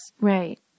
Right